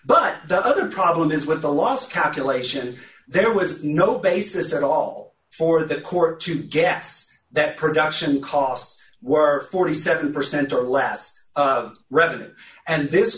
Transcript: but the other problem is with the loss capital a sion there was no basis at all for the court to guess that production costs were forty seven percent or less of revenues and this